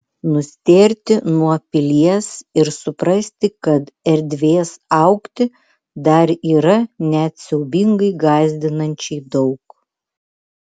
nustėrti nuo pilies ir suprasti kad erdvės augti dar yra net siaubingai gąsdinančiai daug